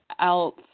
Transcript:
else